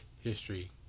history